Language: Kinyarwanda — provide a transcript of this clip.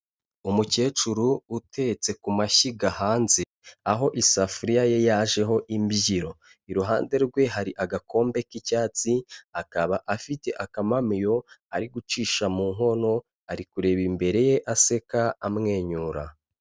Umukecuru utetse ku mashyiga hanze, aho isafuriya ye yajeho imbyiro. Iruhande rwe hari agakombe k'icyatsi, akaba afite akamamiyo ari gucisha mu nkono, ari kureba imbere ye aseka, amwenyura.